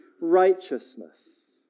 righteousness